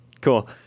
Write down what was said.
Cool